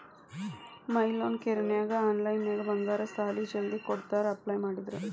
ಮೈ loan ಕೇರನ್ಯಾಗ ಆನ್ಲೈನ್ನ್ಯಾಗ ಬಂಗಾರ ಸಾಲಾ ಜಲ್ದಿ ಕೊಡ್ತಾರಾ ಅಪ್ಲೈ ಮಾಡಿದ್ರ